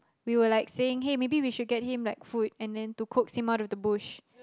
we were like saying hey maybe we should get him like food and then to coax him out of the bush